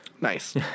Nice